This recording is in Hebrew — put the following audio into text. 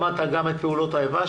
שמעת גם את פעולות האיבה,